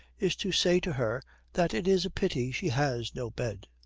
is to say to her that it is a pity she has no bed.